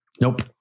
Nope